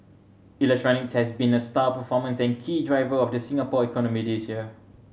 electronics has been a star performers and key driver of the Singapore economy this year